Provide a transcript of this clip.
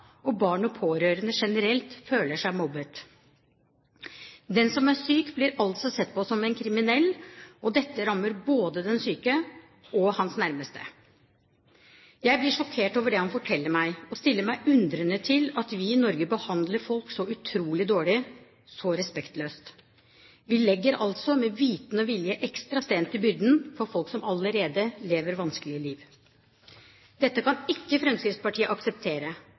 og barn og pårørende generelt føler seg mobbet. Den som er syk, blir altså sett på som en kriminell, og dette rammer både den syke og hans nærmeste. Jeg blir sjokkert over det han forteller meg, og stiller meg undrende til at vi i Norge behandler folk så utrolig dårlig, så respektløst. Vi legger altså med vitende og vilje ekstra stein til byrden for folk som allerede lever vanskelige liv. Dette kan ikke Fremskrittspartiet akseptere.